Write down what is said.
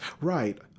Right